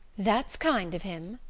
that's kind of him!